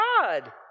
God